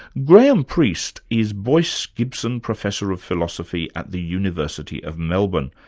graham priest is boyce gibson professor of philosophy at the university of melbourne,